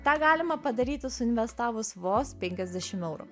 tą galima padaryti suinvestavus vos penkiasdešim eurų